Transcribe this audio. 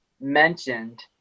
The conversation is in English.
mentioned